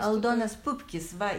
aldonas pupkis va